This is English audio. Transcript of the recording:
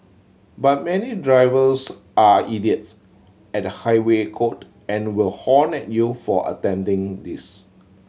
but many drivers are idiots at the highway code and will honk at you for attempting this